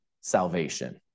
salvation